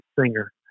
singer